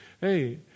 hey